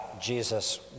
Jesus